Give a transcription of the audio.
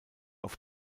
auf